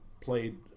played